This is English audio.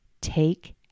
take